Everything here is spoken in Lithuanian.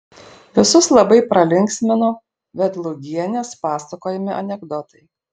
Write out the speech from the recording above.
visus labai pralinksmino vedlugienės pasakojami anekdotai